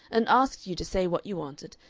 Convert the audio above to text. and asked you to say what you wanted,